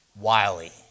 Wiley